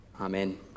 Amen